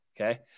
okay